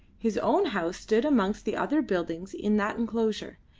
his own house stood amongst the other buildings in that enclosure,